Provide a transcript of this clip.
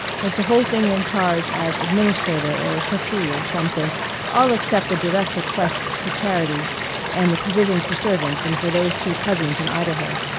has the whole thing in charge as administrator or trustee or something all except the direct bequests to charity and the provisions for servants and for those two cousins in idaho.